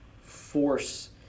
force